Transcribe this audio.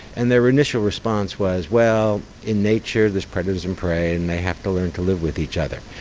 and their initial response was, well, in nature there's predators and prey and they have to learn to live with each other.